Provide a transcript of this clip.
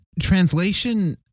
Translation